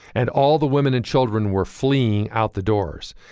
and all the women and children were fleeing out the doors.